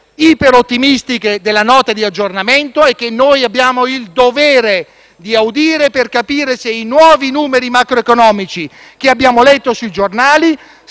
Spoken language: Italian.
iperottimistiche della Nota di aggiornamento e che noi abbiamo il dovere di sentire per capire se i nuovi numeri macroeconomici che abbiamo letto sui giornali